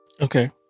Okay